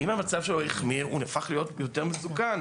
ואם המצב שלו החמיר, הוא הפך להיות יותר מסוכן.